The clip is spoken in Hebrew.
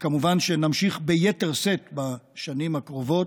וכמובן שנמשיך ביתר שאת בשנים הקרובות,